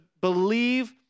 believe